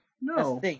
No